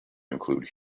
include